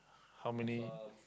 how many